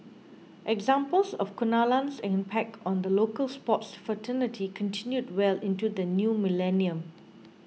examples of Kunalan's impact on the local sports fraternity continued well into the new millennium